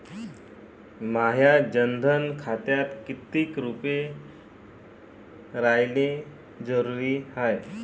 माह्या जनधन खात्यात कितीक रूपे रायने जरुरी हाय?